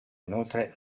inoltre